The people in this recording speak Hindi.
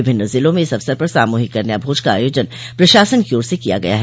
विभिन्न जिलों में इस अवसर पर सामूहिक कन्या भोज का आयोजन प्रशासन की ओर किया गया है